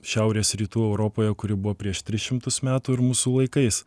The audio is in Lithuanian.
šiaurės rytų europoje kuri buvo prieš tris šimtus metų ir mūsų laikais